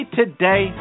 today